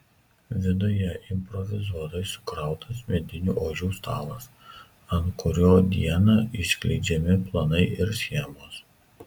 viduje improvizuotai sukrautas medinių ožių stalas ant kurio dieną išskleidžiami planai ir schemos